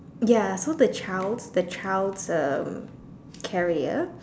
ya so the child's the child's um carrier